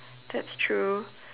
that's true